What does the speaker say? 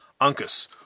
Uncas